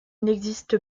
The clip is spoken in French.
n’existe